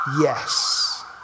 Yes